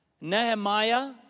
Nehemiah